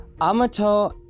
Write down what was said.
Amato